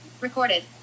Recorded